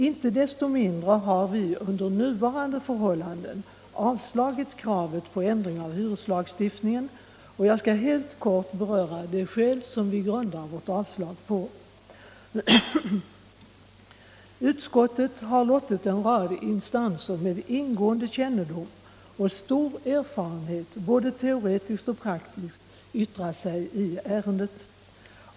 Inte desto mindre har vi under nuvarande förhållanden avstyrkt kravet på ändring av hyreslagstiftningen, och jag skall helt kort beröra de skäl som vi grundar vårt avstyrkande på. Utskottet har låtit en rad instanser med ingående kännedom och stor både teoretisk och praktisk erfarenhet yttra sig i ärendet.